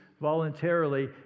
voluntarily